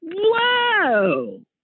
Whoa